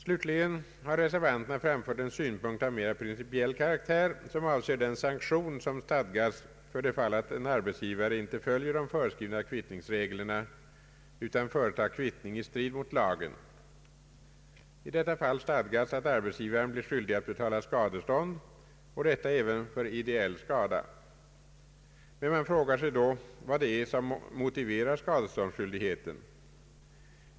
Vidare har reservanterna framfört en synpunkt av mera principiell karaktär, som avser den sanktion som stadgas då en arbetsgivare inte följer de föreskrivna kvittningsreglerna utan företar kvittning i strid mot lagen. I detta fall stadgas, att arbetsgivaren blir skyldig att betala skadestånd, och detta även för ideell skada. Man frågar sig då vad det är som motiverar skadeståndsskyldigheten.